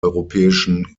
europäischen